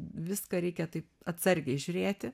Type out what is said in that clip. viską reikia taip atsargiai žiūrėti